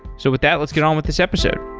so with that, let's get on with this episode.